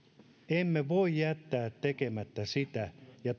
emme voi jättää tekemättä sitä ja